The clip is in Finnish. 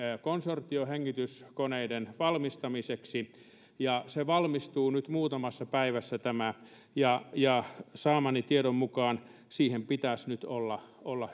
konsortio hengityskoneiden valmistamiseksi tämä valmistuu nyt muutamassa päivässä ja ja saamani tiedon mukaan siihen pitäisi nyt olla olla